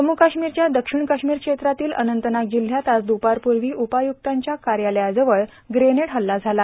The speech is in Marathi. जम्मू काश्मीरच्या दक्षिण काश्मीर क्षेत्रातील अनंतनाग जिल्ह्यात आज द्पारपूर्वी उपायुक्तांच्या कार्यालयाजवळ ग्रेनेड हल्ला झाला